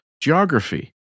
geography